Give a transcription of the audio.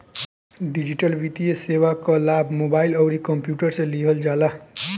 digital वित्तीय सेवा कअ लाभ मोबाइल अउरी कंप्यूटर से लिहल जाला